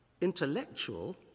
Intellectual